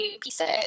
pieces